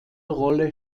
rolle